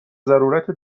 ضرورت